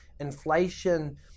Inflation